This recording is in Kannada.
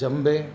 ಜಂಬೆ